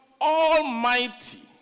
Almighty